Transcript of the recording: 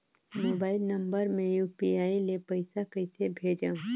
Mobile number मे UPI ले पइसा कइसे भेजवं?